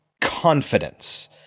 confidence